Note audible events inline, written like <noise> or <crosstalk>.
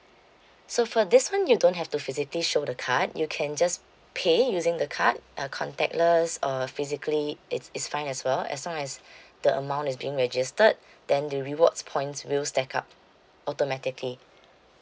so for this [one] you don't have to physically show the card you can just pay using the card uh contactless or physically it's it's fine as well as long as <breath> the amount is being registered then the rewards points will stack up automatically